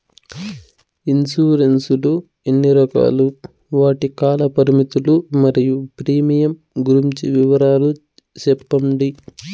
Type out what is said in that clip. Insurance లు ఎన్ని రకాలు? వాటి కాల పరిమితులు మరియు ప్రీమియం గురించి వివరాలు సెప్పండి?